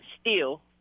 steal